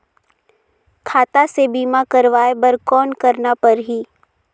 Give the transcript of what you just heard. खाता से बीमा करवाय बर कौन करना परही?